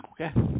Okay